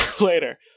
later